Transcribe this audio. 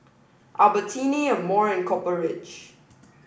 Albertini Amore and Copper Ridge